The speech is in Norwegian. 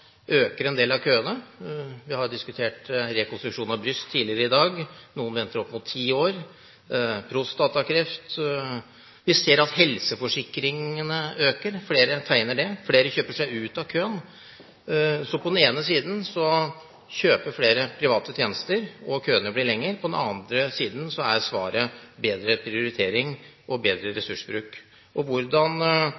øker en del av køene. Vi har diskutert rekonstruksjon av bryst tidligere i dag – noen venter opp mot ti år – prostatakreft. Vi ser at tallet på helseforsikringer øker, flere tegner det, flere kjøper seg ut av køen. Så på den ene siden kjøper flere private tjenester og køene blir lengre, på den andre siden er svaret bedre prioritering og bedre